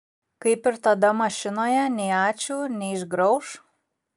kaip ir tada mašinoje nei ačiū nei išgrauš